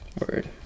word